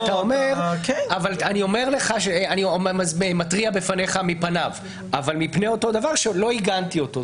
אתה אומר שאתה מתריע בפניך מפניו אבל מפני אותו דבר שלא עיגנתי אותו.